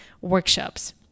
workshops